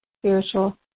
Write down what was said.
spiritual